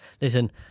listen